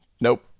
Nope